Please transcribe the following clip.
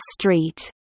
Street